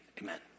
amen